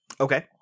Okay